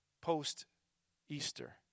post-Easter